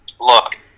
look